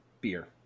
beer